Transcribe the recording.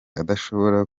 adashobora